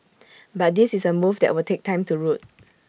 but this is A move that will take time to root